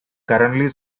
currently